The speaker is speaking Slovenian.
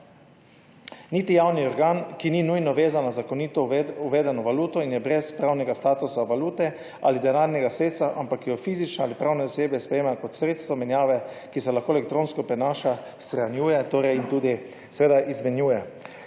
niti javni organ, ki ni nujno vezan na zakonito uvedeno valuto in je brez pravnega statusa valute ali denarnega sredstva, ampak jo fizične ali pravne osebe sprejemajo kot sredstvo menjave, ki se lahko elektronsko prenaša, shranjuje in tudi izmenjuje.